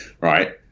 right